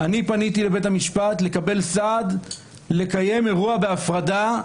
פניתי לבית המשפט לקבל סעד לקיים אירוע בהפרדה,